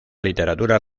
literatura